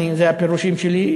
אלו הפירושים שלי,